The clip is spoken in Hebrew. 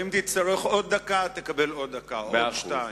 ואם תצטרך עוד דקה, תקבל עוד דקה או שתיים.